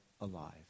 alive